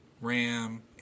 Ram